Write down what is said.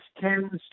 tends